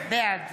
בעד